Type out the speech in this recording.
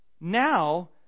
Now